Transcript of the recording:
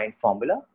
formula